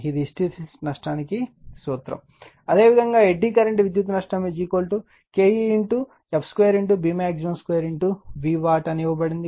ఇది హిస్టెరిసిస్ నష్టానికి సూత్రం అదేవిధంగా ఎడ్డీ కరెంట్ విద్యుత్ నష్టం Ke f 2 Bmax 2 V watt అని ఇవ్వబడినది